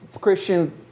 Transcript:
Christian